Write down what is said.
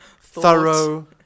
thorough